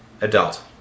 adult